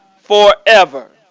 forever